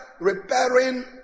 repairing